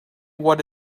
what